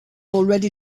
already